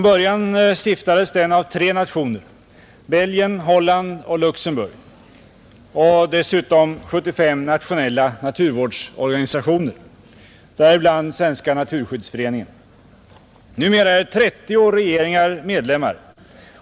Den stiftades av tre nationer, Belgien, Holland och Luxemburg, och dessutom av 75 nationella naturvårdsorganisationer, bland dem Svenska naturskyddsföreningen. Numera är 30 regeringar medlemmar.